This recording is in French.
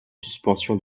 suspension